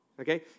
okay